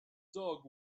dog